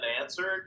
answer